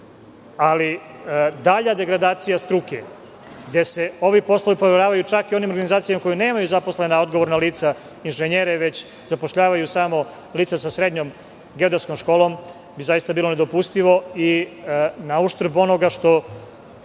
Dalja degradacija struke, gde se ovi poslovi poveravaju čak i onim organizacijama koje nemaju zaposlena odgovorna lica, inženjere, već zapošljavaju samo lica sa srednjom geodetskom školom, bi zaista bila nedopustiva i na uštrb onoga što